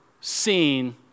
seen